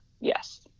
Yes